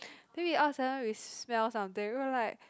then we all of a suddenly we smell something we were like